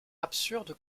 absurde